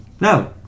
No